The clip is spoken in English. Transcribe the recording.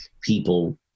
people